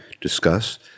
discuss